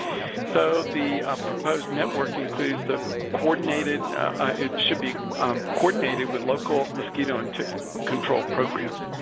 so, the proposed network includes the coordinated-it should be coordinating with local mosquito and tick control programs.